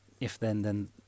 if-then-then